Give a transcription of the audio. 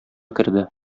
керде